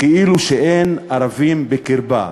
כאילו אין ערבים בקרבה.